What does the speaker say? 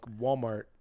Walmart